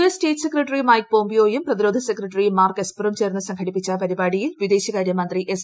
S state secretary Mike പോംപിയോയും പ്രതിരോധ secretary Mark എസ്പറും ചേർന്ന് സംഘടിപ്പിച്ച പരിപാടിയിൽ വിദേശകാര്യമന്ത്രി എസ്